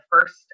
first